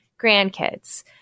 grandkids